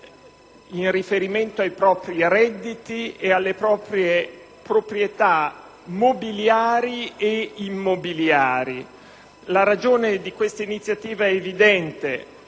in riferimento ai propri redditi e alle proprie proprietà mobiliari e immobiliari. La ragione di questa iniziativa è evidente.